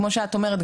כמו שאת אומרת,